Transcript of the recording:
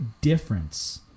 difference